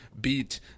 beat